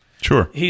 Sure